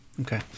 Okay